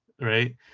right